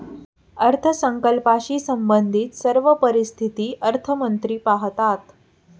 अर्थसंकल्पाशी संबंधित सर्व परिस्थिती अर्थमंत्री पाहतात